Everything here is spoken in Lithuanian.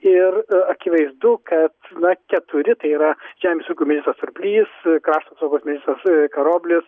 ir akivaizdu kad na keturi tai yra žemės ūkio ministras surplys krašto apsaugos ministras karoblis